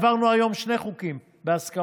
העברנו היום שני חוקים בהסכמה: